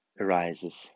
arises